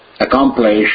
accomplish